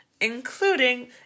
including